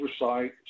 oversight